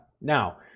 now